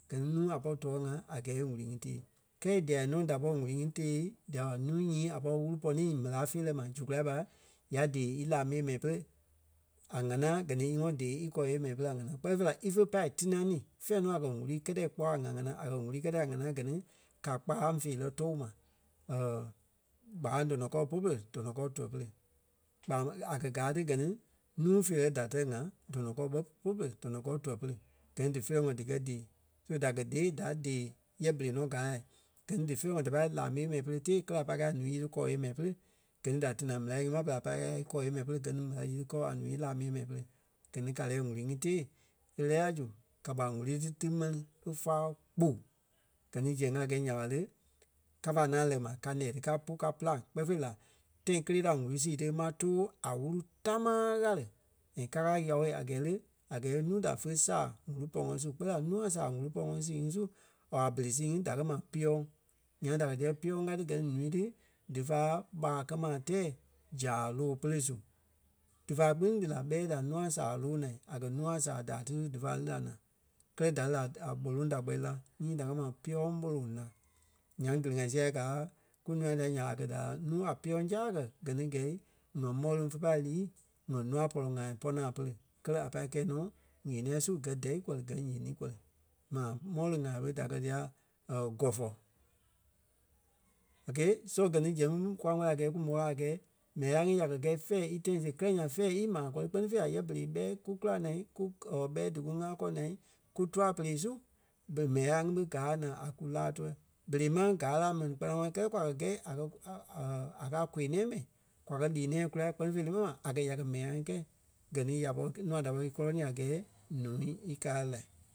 Gɛ ni nuu a pɔri tɔɔ ŋa a gɛɛ e ŋ̀úrui ŋí tée. Kɛɛ dia nɔ da pɔri ŋ̀úrui ŋí tée dia ɓa núu nyii a wúru pɔnii méla feerɛ ma zu kulâi ɓa ya dée í la mii yée mɛi pere a ŋánaa gɛ ní í ŋɔnɔ dée íkɔɔ yée mɛi pere a ŋanaa kpɛni fêi la ífe pai tînanii fɛ̀ɛ nɔ a kɛ̀ ŋ̀úrui kɛtɛ kpɔ́ a ŋ̀á ŋanaa. A kɛ̀ ŋ̀úrui kɛtɛ a ŋanaa gɛ ni ka kpaɣâŋ feerɛ too ma gbaɣâŋ tɔnɔ kɔɔ bôlu pere dɔnɔ kɔɔ tuɛ-pere. Kpa a kɛ̀ gaa tí gɛ ni núu feerɛ da tɛ̀ ŋa, dɔnɔ kɔɔ bɛ polu pere dɔnɔ kɔɔ tuɛ-pere. Gɛ ni dí feerɛ ŋɔɔ díkɛ dí so da kɛ̀ dée da dée yɛ berei nɔ gaa la. Gɛ ni dí feerɛ ŋɔɔ da pai la mii yée mɛi pere tée kɛlɛ a pai kɛi a ǹúu nyiti kɔɔ yée mɛi pere gɛ ni da tînaŋ ɓéla nyíŋi ma pere a pai ɣala í kɔɔ yée mɛi pere gɛ ni ɓéla nyiti kɔɔ a ǹúu lá mii yée mɛi pere. Gɛ ni ka lɛ́ɛ ŋ̀úrui ŋí tée e lɛ́ɛ la zu ka kpa ŋ̀úrui tí tíŋ mɛni e fáa kpu. Gɛ ni zɛŋ a gɛi nya ɓa lé, kafa ŋaŋ lɛɣɛ ma, ka ǹɛɛ dí ka pú ka pîlaŋ kpɛɛ fêi la tãi kélee ta ŋ̀úrui sii ti a máŋ tòo a wúru támaa ɣále. And ka kàa yao a gɛɛ lé, a gɛɛ nuu da fé sàa ŋ̀úrui pɔnɔɔ su kpɛɛ la nuu a sàa ŋ̀úrui pɔŋɔɔ sii ŋí su or a bere sii ŋí da kɛ̀ ma píyɔŋ. Nyaŋ da kɛ̀ díyɛ píyɔŋ ka tí gɛ ni ǹúu d ti dífa ɓaa kɛ ma tɛɛ zàa lóo pere su. Dífa kpîŋ lí la ɓɛi da ǹûai sàa lóo naa. A kɛ̀ núu a sàa daai ti su dífa lí la naa. Kɛlɛ da lí la a ɓolôŋ da kpɛli la nyii da kɛ̀ ma píyɔŋ molôŋ la. Nyaŋ gili-ŋa sia gaa kunûa dia nya wa a kɛ̀ daa núu a píyɔŋ zaa kɛ̀ gɛ ni gɛ̀i ŋa mɔ̂leŋ fe pai lii ŋa nûa pɔlɔ-ŋai pɔ́-naa pere kɛlɛ a pai kɛi nɔ ɣeniɛ su gɛ̀ dɛi kɔri gɛ̀ yeŋɔɔ kɔri. Maa mɔ̂leŋ ŋai ɓé da kɛ̀ diyɛ gɔfɔ. Ok. So gɛ ni zɛŋ ŋí kwa wɛlii a gɛɛ kú mò a gɛɛ mɛni ŋai ŋí ya kɛ̀ gɛi fɛ̀ɛ í tãi siɣe kɛlɛ nyaŋ fɛ̂ɛ ímaa kɔri kpɛ́ni fêi la yɛ berei ɓɛi kú kula naa kú- or ɓɛi dí kú ŋaa kɔɔŋ naa kú tûa-pere su ɓe- mɛni ŋai ŋí ɓé gaa naa a kú lá tuɛ. Berei máŋ gaa la a mɛni kpanaŋɔɔi kɛlɛ kwa kɛ̀ gɛi a kɛ̀ kú a- a- a káa a kôi-nɛ̃ɛ mɛni kwa kɛ̀ lîi-nɛ̃ɛ kula kpɛ́ni fêi lé mɛni ma a kɛ̀ ya kɛ̀ mɛni ŋai kɛi gɛ ni ya pɔri nûa da pɔri í kɔlɔnii a gɛɛ ǹúu íkaa lai.